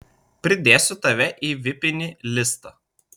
pridėsiu tave į vipinį listą